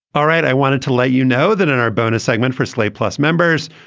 all right. i wanted to let you know that in our bonus segment for slate plus members,